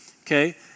Okay